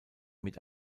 mit